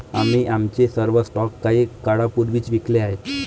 आम्ही आमचे सर्व स्टॉक काही काळापूर्वीच विकले आहेत